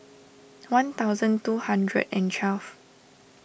one thousand two hundred and twelve